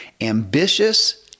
ambitious